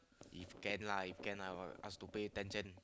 if can lah if can lah ask to pay ten cent